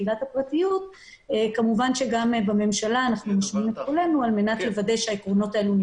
להם שהם לא יוכלו לבצע את החקירה האפידמיולוגית